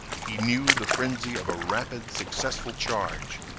he knew the frenzy of a rapid successful charge.